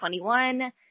2021